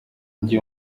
gihe